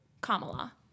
Kamala